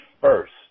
first